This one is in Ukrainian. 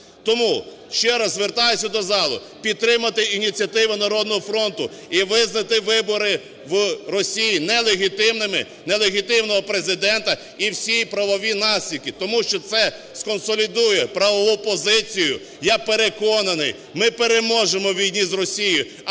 Тому ще раз звертаюсь до зали, підтримати ініціативу "Народного фронту" і визнати вибори в Росії нелегітимними, нелегітимного президента і всі правові наслідки. Тому що це сконсолідує правову позицію. Я переконаний, ми переможемо у війні з Росією,